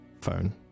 phone